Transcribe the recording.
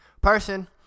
person